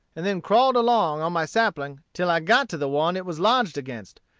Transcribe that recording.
and then crawled along on my sapling till i got to the one it was lodged against,